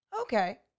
Okay